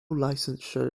licensure